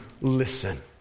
listen